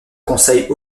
conseil